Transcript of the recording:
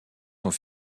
sont